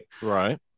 Right